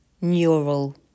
neural